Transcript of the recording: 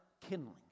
kindling